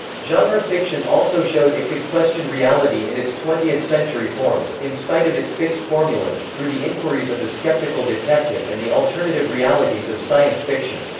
genre fiction also showed it could question reality in its twentieth century forms, in spite of its fixed formulas, through the enquiries of the skeptical detective and the alternative realities of science fiction.